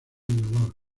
dolor